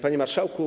Panie Marszałku!